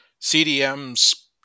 CDMs